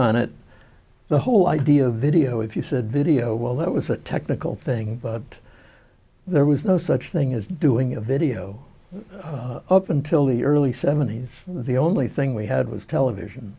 on it the whole idea of video if you said video well that was a technical thing but there was no such thing as doing a video up until the early seventies the only thing we had was television